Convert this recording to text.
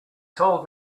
told